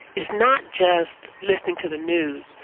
it's not just listening to the news,